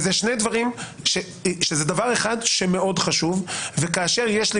זה דבר אחד שהוא מאוד חשוב וכאשר יש לי